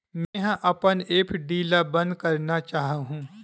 मेंहा अपन एफ.डी ला बंद करना चाहहु